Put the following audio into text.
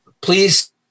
please